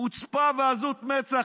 חוצפה ועזות מצח.